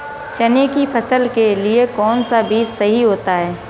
चने की फसल के लिए कौनसा बीज सही होता है?